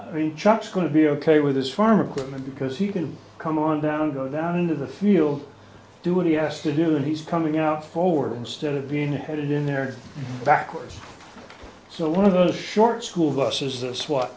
really trucks going to be ok with this farm equipment because he can come on down go down into the field do what he has to do and he's coming out forward instead of being put in there backwards so one of those short school buses th